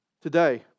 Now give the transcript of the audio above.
today